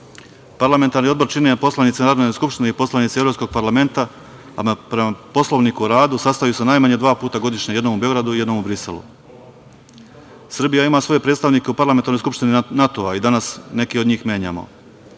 saradnju. Parlamentarni odbor čine poslanici Narodne Skupštine i poslanici Evropskog parlamenta. Prema Poslovniku o rad u sastaju se najmanje dva puta godišnje, jednom u Beogradu, jednom u Briselu. Srbija ima svoje predstavnike u Parlamentarnoj skupštini NATO-a. Danas neke od njih menjamo.